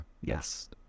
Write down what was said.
yes